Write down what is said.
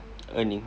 earning